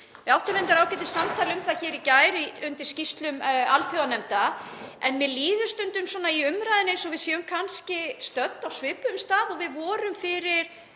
Við áttum reyndar ágætissamtal um það hér í gær undir skýrslum alþjóðanefnda, en mér líður stundum í umræðunni eins og við séum stödd á svipuðum stað og við vorum fyrir